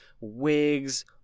wigs